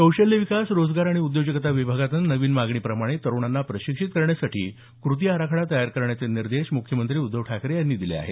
कौशल्य विकास रोजगार आणि उद्योजकता विभागानं नवीन मागणीप्रमाणे तरुणांना प्रशिक्षित करण्यासाठी कृती आराखडा तयार करण्याचे निर्देश मुख्यमंत्री उद्धव ठाकरे यांनी दिले आहेत